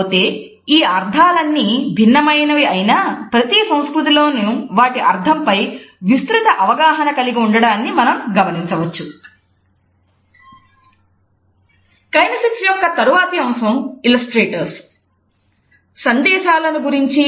కాకపోతే ఈ అర్థాలన్నీ భిన్నమైనవి అయినా ప్రతీ సంస్కృతిలోనూ వాటి అర్థం పై విస్తృత అవగాహన కలిగి ఉండడాన్ని మనం గమనించవచ్చు